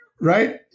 right